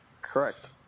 Correct